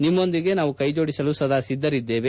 ನಿಮ್ಮೊಂದಿಗೆ ನಾವು ಕೈ ಜೋಡಿಸಲು ಸದಾ ಸಿದ್ಧರಿದ್ದೇವೆ